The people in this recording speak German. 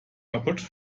kapput